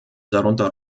darunter